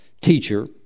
teacher